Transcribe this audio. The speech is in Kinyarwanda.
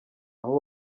aho